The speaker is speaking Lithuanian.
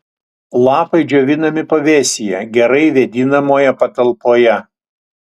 lapai džiovinami pavėsyje gerai vėdinamoje patalpoje